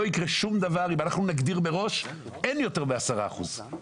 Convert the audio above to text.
לא יקרה שום דבר אם אנחנו נגדיר מראש שאין יותר מ-10 אחוזים,